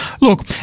look